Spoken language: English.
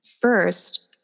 First